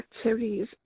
activities